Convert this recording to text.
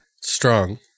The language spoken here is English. strong